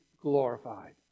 glorified